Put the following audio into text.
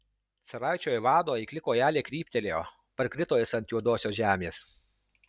caraičio ivano eikli kojelė kryptelėjo parkrito jis ant juodosios žemės